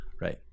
Right